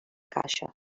caixa